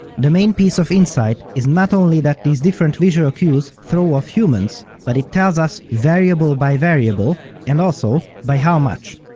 the main piece of insight is not only that these different visual cues throw off humans, but it tells us variable by variable, and also, by how much.